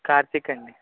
కార్తీక్ అండి